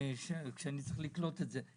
שאני צריך לקלוט את זה.